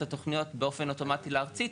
התוכניות ממנה באופן אוטומטי לוועדה הארצית,